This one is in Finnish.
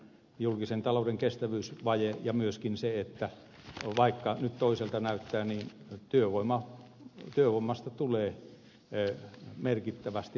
julkisen talouden kestävyysvaje ja myöskin se että vaikka nyt toiselta näyttää niin työvoimasta tulee merkittävästi olemaan pulaa